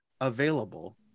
available